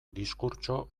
diskurtso